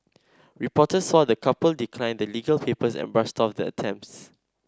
reporters saw the couple decline the legal papers and brush off the attempt